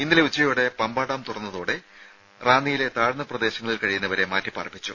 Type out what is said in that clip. ഇന്നലെ ഉച്ചയോടെ പമ്പ ഡാം തുറന്നതോടെ റാന്നിയിലെ താഴ്ന്ന പ്രദേശങ്ങളിൽ കഴിയുന്നവരെ മാറ്റി പാർപ്പിച്ചു